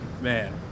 man